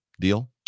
Deal